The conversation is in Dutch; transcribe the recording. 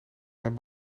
mijn